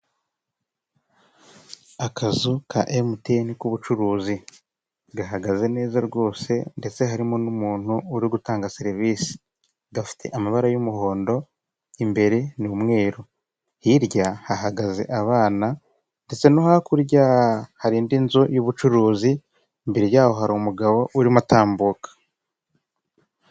Akazu ka mtn k'ubucuruzi, gahagaze neza rwose ndetse harimo n'umuntu uri gutanga serivise. Gafite amabara y'umuhondo, imbere n'umweru. Hirya hahagaze abana, ndetse no hakurya hari indi nzu y'ubucuruzi. Imbere yaho hari umugabo uri gutambuka.